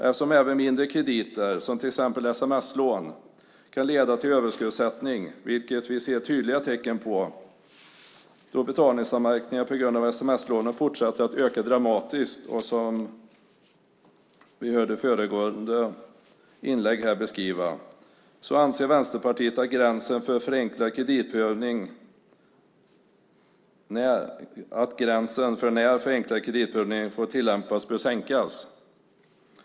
Eftersom även mindre krediter, till exempel sms-lån, kan leda till överskuldsättning, vilket vi ser tydliga tecken på då betalningsanmärkningar på grund av sms-lån fortsätter att öka dramatiskt, något som vi hörde beskrivas i föregående inlägg, anser Vänsterpartiet att gränsen för när förenklad kreditprövning får tillämpas bör sänkas.